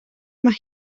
mae